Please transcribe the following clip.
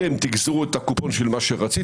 אתם תגזרו את הקופון של מה שרציתם,